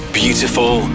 beautiful